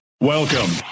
Welcome